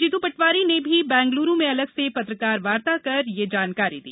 जीत पटवारी ने भी बंगलुरू में अलग से पत्रकार वार्ता कर यह जानकारी दी